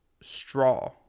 straw